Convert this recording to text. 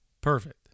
perfect